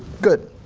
good.